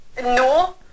No